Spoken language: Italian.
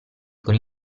con